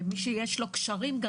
ומי שיש לו קשרים.